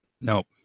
Nope